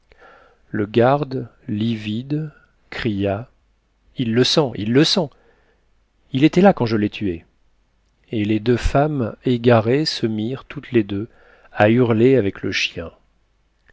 le garde livide cria il le sent il le sent il était là quand je l'ai tué et les femmes égarées se mirent toutes les deux à hurler avec le chien